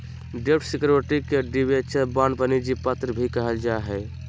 डेब्ट सिक्योरिटी के debenture, bond, वाणिज्यिक पत्र भी कहल जा हय